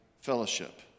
fellowship